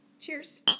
Cheers